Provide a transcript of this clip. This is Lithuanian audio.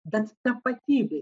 bet tapatybei